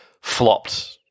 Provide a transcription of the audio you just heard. flopped